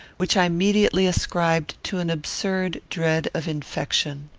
which i immediately ascribed to an absurd dread of infection.